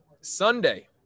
Sunday